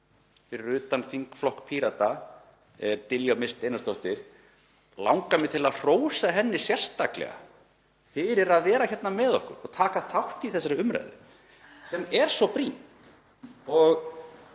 fyrir utan þingflokk Pírata er Diljá Mist Einarsdóttir langar mig til að hrósa henni sérstaklega fyrir að vera hérna með okkur og taka þátt í þessari umræðu sem er svo brýn. Ég